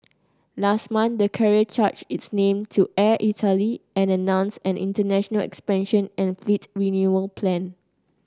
last month the carrier changed its name to Air Italy and announced an international expansion and fleet renewal plan